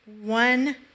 one